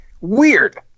Weird